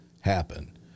happen